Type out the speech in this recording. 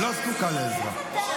היא לא זקוקה לעזרה.